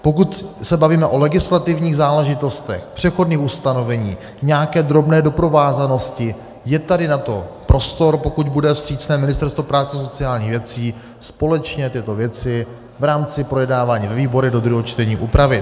Pokud se bavíme o legislativních záležitostech, přechodných ustanoveních, nějaké drobné doprovázanosti, je tady na to prostor, pokud bude vstřícné Ministerstvo práce a sociálních věcí, společně tyto věci v rámci projednávání ve výborech do druhého čtení upravit.